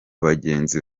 bagenzi